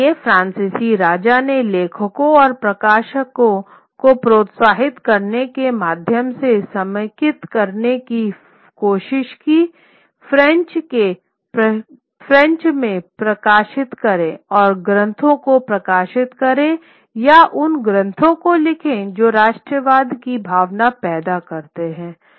इसलिए फ्रांसीसी राजा ने लेखकों और प्रकाशनों को प्रोत्साहित करने के माध्यम से समेकित करने की कोशिश की फ़्रेंच में प्रकाशित करें और ग्रंथों को प्रकाशित करें या उन ग्रंथों को लिखें जो राष्ट्रवाद की भावना पैदा करते हैं